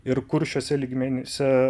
ir kur šiuose lygmenyse